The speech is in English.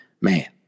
man